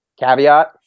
Caveat